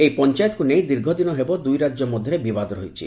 ଏହି ପଞ୍ଚାୟତକୁ ନେଇ ଦୀର୍ଘଦିନ ହେବ ଦୁଇ ରାକ୍ୟ ମଧ୍ଧରେ ବିବାଦ ରହିଛି